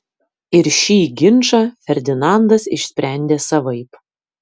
ir šį ginčą ferdinandas išsprendė savaip